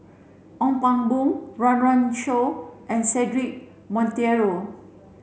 Ong Pang Boon Run Run Shaw and Cedric Monteiro